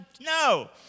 no